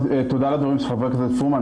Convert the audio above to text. תודה על הדברים של חברת הכנסת פרומן,